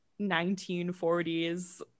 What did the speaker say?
1940s